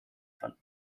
von